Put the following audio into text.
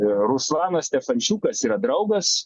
ruslanas stefančukas yra draugas